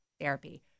therapy